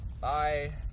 Bye